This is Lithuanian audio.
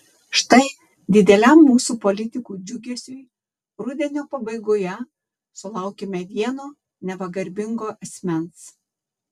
štai dideliam mūsų politikų džiugesiui rudenio pabaigoje sulaukėme vieno neva garbingo asmens